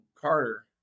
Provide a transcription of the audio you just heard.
Carter